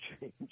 change